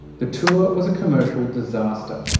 the tour was a commercial disaster.